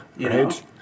Right